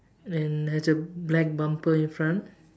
and has a black bumper in front